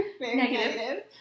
Negative